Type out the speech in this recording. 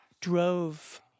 drove